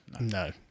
No